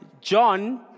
John